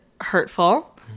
hurtful